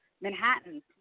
Manhattan